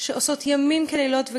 שעושים לילות כימים,